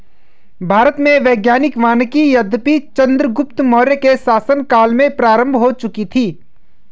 भारत में वैज्ञानिक वानिकी यद्यपि चंद्रगुप्त मौर्य के शासन काल में प्रारंभ हो चुकी थी